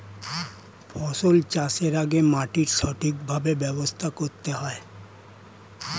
ফসল চাষের আগে মাটির সঠিকভাবে ব্যবস্থা করতে হয়